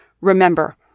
remember